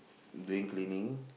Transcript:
doing cleaning